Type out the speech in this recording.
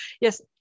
Yes